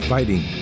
Fighting